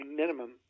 minimum